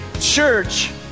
church